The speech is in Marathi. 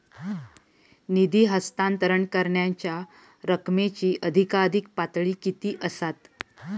निधी हस्तांतरण करण्यांच्या रकमेची अधिकाधिक पातळी किती असात?